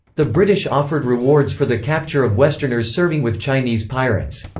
the british offered rewards for the capture of westerners serving with chinese pirates.